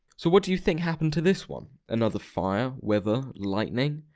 so what do you think happened to this one? another fire? weather? lightning?